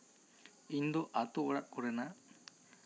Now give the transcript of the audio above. ᱤᱧ ᱫᱚ ᱟ ᱛᱩ ᱚᱲᱟᱜ ᱠᱚᱨᱮᱱᱟᱜ